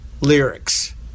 lyrics